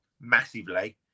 massively